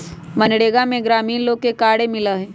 मनरेगा में ग्रामीण लोग के कार्य मिला हई